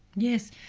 yes.